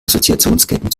assoziationsketten